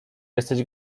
jesteś